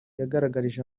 yagaragarije